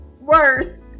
worse